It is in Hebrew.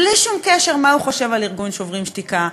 בלי שום קשר למה שהוא חושב על ארגון "שוברים שתיקה"